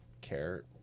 care